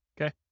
Okay